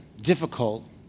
difficult